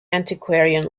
antiquarian